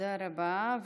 תודה רבה.